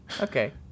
okay